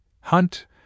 Hunt